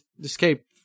escape